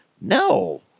No